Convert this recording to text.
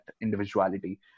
individuality